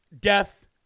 death